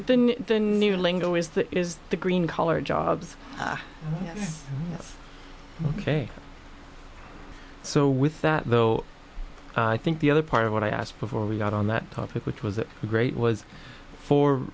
know the new lingo is that is the green collar jobs ok so with that though i think the other part of what i asked before we got on that topic which was great was for